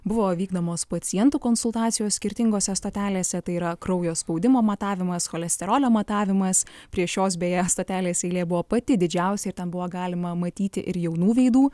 buvo vykdomos pacientų konsultacijos skirtingose stotelėse tai yra kraujo spaudimo matavimas cholesterolio matavimas prie šios beje stotelės eilė buvo pati didžiausia ir ten buvo galima matyti ir jaunų veidų